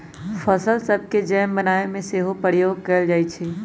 फल सभके जैम बनाबे में सेहो प्रयोग कएल जाइ छइ